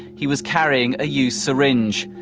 he was carrying a used syringe.